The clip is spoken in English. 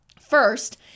First